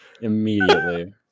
Immediately